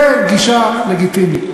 זו גישה לגיטימית,